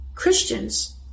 Christians